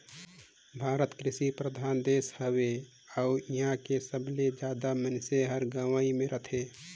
भारत हर कृसि परधान देस हवे अउ इहां के सबले जादा मनइसे मन हर गंवई मे रथें